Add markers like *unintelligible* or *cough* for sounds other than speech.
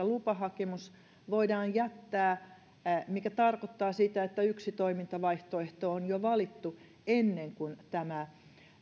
*unintelligible* lupahakemus voidaan jättää mikä tarkoittaa sitä että yksi toimintavaihtoehto on jo valittu ennen kuin tämä